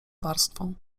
warstwą